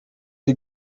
die